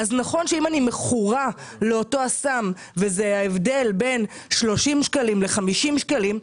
נכון שאם אני מכורה לאותו הסם וזה ההבדל בין 30 שקלים ל-50 שקלים,